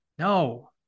No